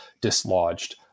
dislodged